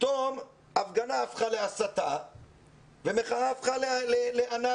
פתאום הפגנה הפכה להסתה ומחאה הפכה לאנרכיה.